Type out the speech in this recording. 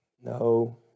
No